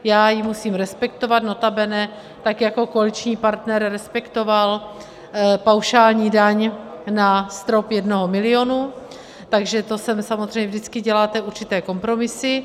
Já ji musím respektovat, notabene tak jako koaliční partner respektoval paušální daň na strop jednoho milionu, takže samozřejmě vždycky děláte určité kompromisy.